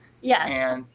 Yes